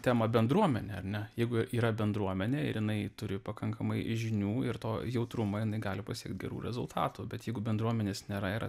temą bendruomenę ar ne jeigu yra bendruomenė ir jinai turi pakankamai žinių ir to jautrumo jinai gali pasiekt gerų rezultatų bet jeigu bendruomenės nėra yra